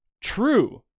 true